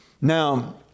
Now